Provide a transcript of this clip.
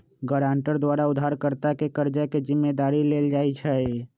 guarantor द्वारा उधारकर्ता के कर्जा के जिम्मदारी लेल जाइ छइ